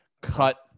cut